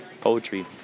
poetry